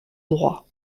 droit